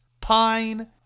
Pine